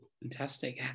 Fantastic